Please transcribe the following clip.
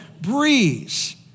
breeze